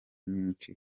nyinshi